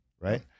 Right